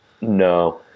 No